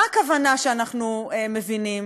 מה הכוונה שאנחנו מבינים